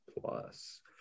plus